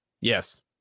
yes